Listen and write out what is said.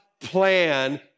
plan